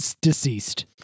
deceased